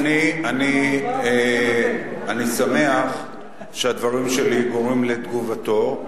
אני שמח שהדברים שלי גורמים לתגובתו,